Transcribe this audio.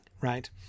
right